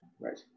Right